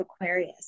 Aquarius